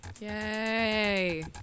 Yay